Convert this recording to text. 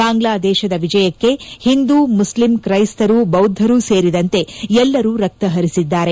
ಬಾಂಗ್ಲಾದೇಶದ ವಿಜಯಕ್ಕೆ ಹಿಂದೂ ಮುಸ್ಲಿಂ ತ್ರೈಸ್ತರು ಬೌದ್ಧರು ಸೇರಿದಂತೆ ಎಲ್ಲರೂ ರಕ್ತ ಪರಿಸಿದ್ದಾರೆ